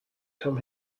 come